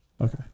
Okay